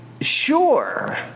sure